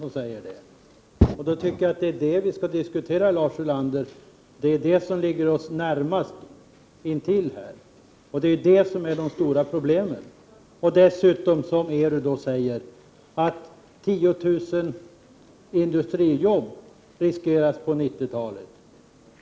Det är det som vi skall diskutera, Lars Ulander, som ligger oss närmast och som är de stora problemen. Dessutom säger ERU att 10 000 industrijobb riskeras på 90-talet.